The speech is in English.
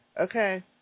Okay